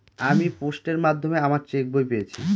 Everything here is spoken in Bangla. আমি পোস্টের মাধ্যমে আমার চেক বই পেয়েছি